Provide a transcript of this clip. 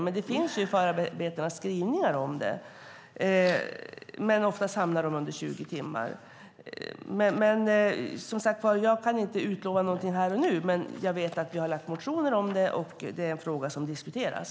Men det finns skrivningar om det i förarbetena, men oftast hamnar de under 20 timmar. Jag kan inte utlova något här och nu, men jag vet att vi har väckt motioner om det och att det är en fråga som diskuteras.